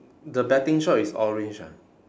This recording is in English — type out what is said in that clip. the betting shop is orange ah